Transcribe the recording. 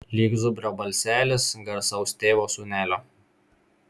lyg zubrio balselis garsaus tėvo sūnelio